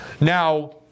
Now